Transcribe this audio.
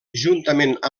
juntament